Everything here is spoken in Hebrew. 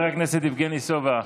חבר הכנסת יבגני סובה,